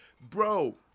Bro